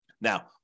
Now